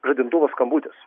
žadintuvo skambutis